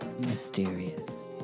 mysterious